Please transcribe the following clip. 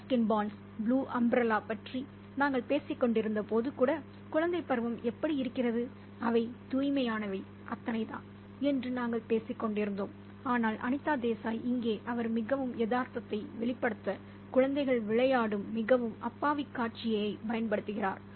ரஸ்கின்பாண்டின் Ruskin Bonds 'Blue Umbrella' பற்றி நாங்கள் பேசிக் கொண்டிருந்தபோது கூட குழந்தைப் பருவம் எப்படி இருக்கிறது அவை தூய்மையானவை அத்தனைதான் என்று நாங்கள் பேசிக் கொண்டிருந்தோம் ஆனால் அனிதா தேசாய் இங்கே அவர் மிகவும் யதார்த்தத்தை வெளிப்படுத்த குழந்தைகள் விளையாடும் மிகவும் அப்பாவி காட்சியைப் பயன்படுத்துகிறார்